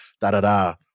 da-da-da